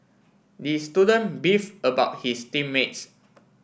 the student beef about his team mates